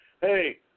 hey